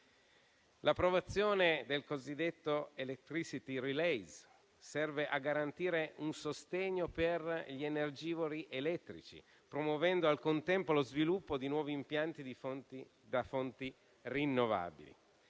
L'approvazione del cosiddetto *electricity release* serve a garantire un sostegno per gli energivori elettrici, promuovendo al contempo lo sviluppo di nuovi impianti da fonti rinnovabili.